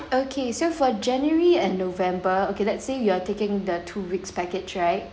okay so for january and november okay let's say you are taking the two weeks package right